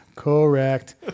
Correct